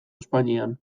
espainian